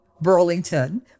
Burlington